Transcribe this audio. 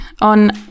on